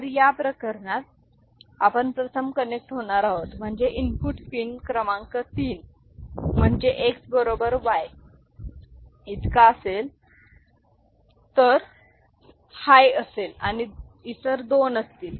तर या प्रकरणात आपण प्रथम कनेक्ट होणार आहोत म्हणजे इनपुट पिन क्रमांक 3 म्हणजे X बरोबर Y इतका असेल तर उच्च असेल आणि इतर दोन असतील